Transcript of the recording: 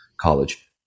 college